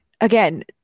again